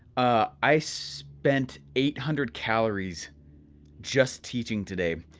ah i spent eight hundred calories just teaching today.